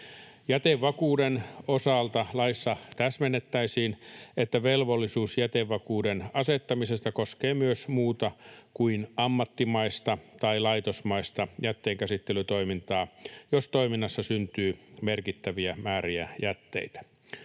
Jätevakuuden osalta laissa täsmennettäisiin, että velvollisuus jätevakuuden asettamisesta koskee myös muuta kuin ammattimaista tai laitosmaista jätteenkäsittelytoimintaa, jos toiminnassa syntyy merkittäviä määriä jätteitä.